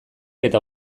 eta